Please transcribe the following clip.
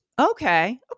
Okay